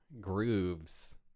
grooves